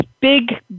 big